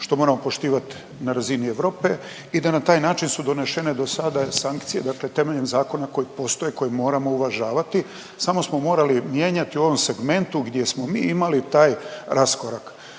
što moramo poštivati na razini Europe i da na taj način su donešene do sada sankcije, dakle temeljem zakona koji postoji, koji moramo uvažavati. Samo smo morali mijenjati u ovom segmentu gdje smo mi imali taj raskorak.